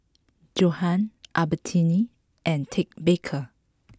Johan Albertini and Ted Baker